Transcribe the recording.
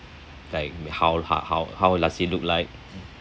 like how ho~ how how does he look like